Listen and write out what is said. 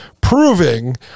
proving